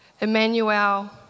Emmanuel